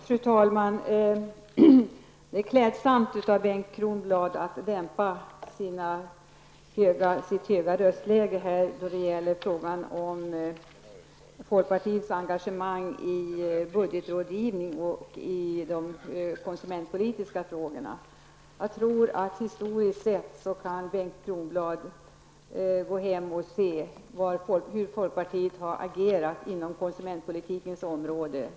Fru talman! Det är klädsamt av Bengt Kronblad att dämpa sitt höga röstläge när det gäller folkpartiets engagemang i budgetrådgivning och i de konsumentpolitiska frågorna. Jag tror att Bengt Kronblad kan gå hem och se hur folkpartiet historiskt sett har agerat inom konsumentpolitikens område.